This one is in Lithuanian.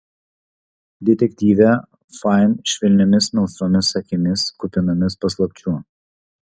detektyvė fain švelniomis melsvomis akimis kupinomis paslapčių